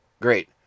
great